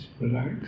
relax